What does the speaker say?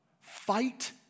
fight